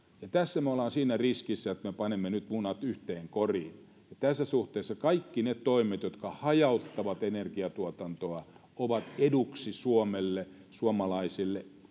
tässä me olemme siinä riskissä että me panemme nyt munat yhteen koriin ja tässä suhteessa kaikki ne toimet jotka hajauttavat energiatuotantoa ovat eduksi suomelle suomalaisille